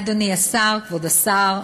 אדוני כבוד השר,